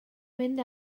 mynd